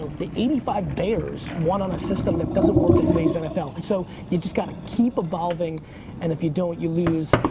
ah the eighty five bears, one on a system that doesn't work in today's nfl. and so you just gotta keep evolving and if you don't, you lose.